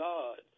God